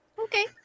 Okay